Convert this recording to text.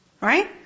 Right